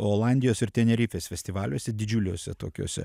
olandijos ir tenerifės festivaliuose didžiuliuose tokiuose